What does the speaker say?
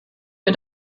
wir